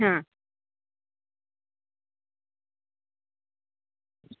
હા